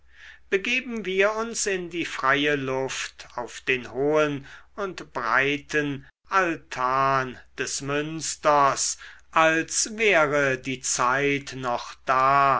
begeben wir uns in die freie luft auf den hohen und breiten altan des münsters als wäre die zeit noch da